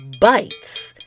bites